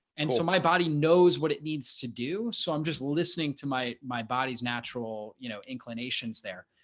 and so my body knows what it needs to do. so i'm just listening to my my body's natural, you know, inclinations there.